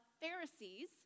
Pharisees